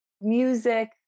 music